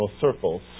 circles